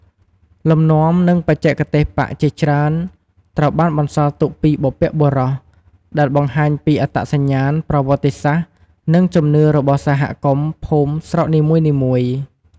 លំនាំ និងបច្ចេកទេសប៉ាក់ជាច្រើនត្រូវបានបន្សល់ទុកពីបុព្វបុរស ដែលបង្ហាញពីអត្តសញ្ញាណ ប្រវត្តិសាស្ត្រ និងជំនឿរបស់សហគមន៍ ភូមិ ស្រុកនីមួយៗ។